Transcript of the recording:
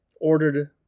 ordered